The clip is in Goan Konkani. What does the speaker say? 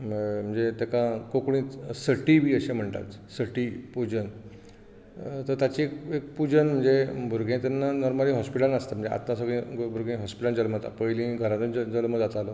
म्हणजे तेका कोंकणीत सटी बी अशें म्हणटात सटी पुजन ताची एक पुजन म्हणजे भुरगें तेन्ना नॉर्मली हॉस्पिटलांत आसता म्हणजे आतां सगळीं भुरगीं हॉस्पिटलांत जल्मतात पयलीं घरा तेंचो जल्म जातालो